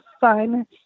fun